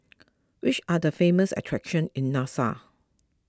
which are the famous attractions in Nassau